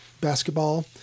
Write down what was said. basketball